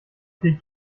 viel